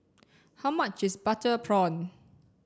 how much is butter prawn